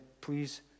please